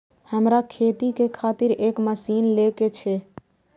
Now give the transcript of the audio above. हमरा खेती के खातिर एक मशीन ले के छे?